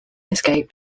escaped